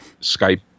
Skype